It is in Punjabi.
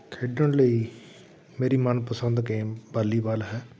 ਖੇਡਣ ਲਈ ਮੇਰੀ ਮਨਪਸੰਦ ਗੇਮ ਵਾਲੀਬਾਲ ਹੈ